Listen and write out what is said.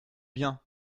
bien